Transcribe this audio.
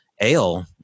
ale